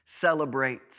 celebrates